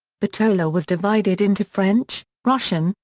bitola was divided into french, russian,